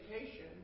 education